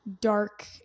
dark